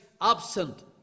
Absent